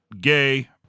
gay